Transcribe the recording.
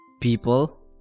people